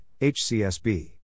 HCSB